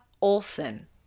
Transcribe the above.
Olson